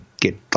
get